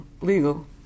legal